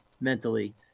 mentally